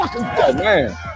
man